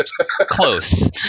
close